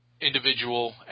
individual